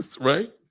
right